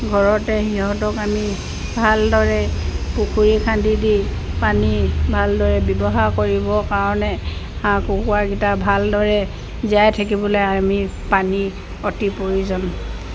ঘৰতে সিহঁতক আমি ভালদৰে পুখুৰী খান্দি দি পানী ভালদৰে ব্যৱহাৰ কৰিবৰ কাৰণে হাঁহ কুকুৰাকেইটা ভালদৰে জীয়াই থাকিবলৈ আমি পানী অতি প্ৰয়োজন